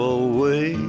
away